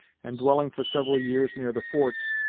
and dwelling for several years near the forts,